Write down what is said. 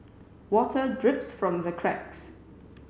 water drips from the cracks